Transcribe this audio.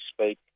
speak